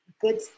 good